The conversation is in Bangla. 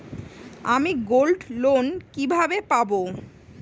আমি গোল্ডলোন কিভাবে পাব?